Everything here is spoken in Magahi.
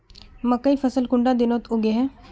मकई फसल कुंडा दिनोत उगैहे?